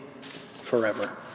forever